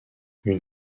une